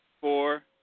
four